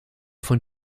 von